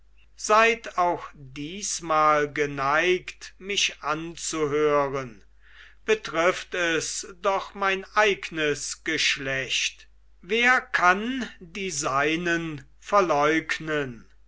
seid auch diesmal geneigt mich anzuhören betrifft es doch mein eignes geschlecht wer kann die seinen verleugnen